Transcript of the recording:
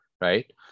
right